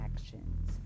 actions